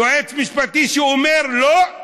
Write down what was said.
יועץ משפטי שאומר "לא"?